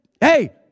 hey